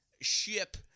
ship